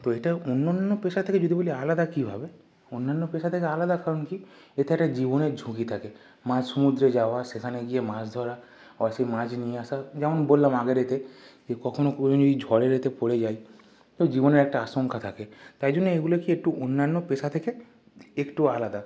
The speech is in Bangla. তো এটা অন্যান্য পেশা থেকে যদি বলি আলাদা কীভাবে অন্যান্য পেশা থেকে আলাদা কারণ কি এতে একটা জীবনের ঝুঁকি থাকে মাঝ সমুদ্রে যাওয়া সেখানে গিয়ে মাছ ধরা আবার সেই মাছ নিয়ে আসা যেমন বললাম আগের এতে যে কখনো কোনো যদি ঝড়ের এতে পড়ে যাই তো জীবনের একটা আশঙ্কা থাকে তাই জন্য এগুলোকে একটু অন্যান্য পেশা থেকে একটু আলাদা